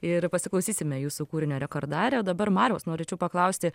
ir pasiklausysime jūsų kūrinio rekordare o dabar mariaus norėčiau paklausti